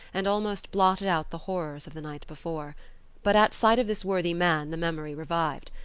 and almost blotted out the horrors of the night before but at sight of this worthy man the memory revived.